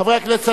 חברי הכנסת,